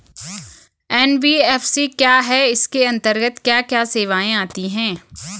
NBFC क्या है इसके अंतर्गत क्या क्या सेवाएँ आती हैं?